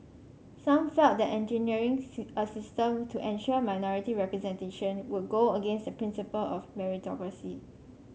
some felt that engineering a system to ensure minority representation would go against the principle of meritocracy